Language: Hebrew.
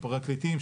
פרקליטים,